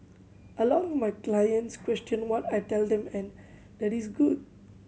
a lot of my clients question what I tell them and that is good